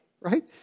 right